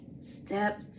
Step